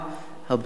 הבריאות,